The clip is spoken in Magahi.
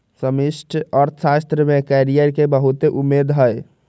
समष्टि अर्थशास्त्र में कैरियर के बहुते उम्मेद हइ